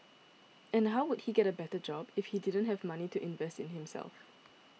and how would he get a better job if he didn't have money to invest in himself